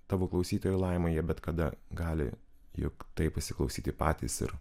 tavo klausytojai laima jie bet kada gali juk tai pasiklausyti patys ir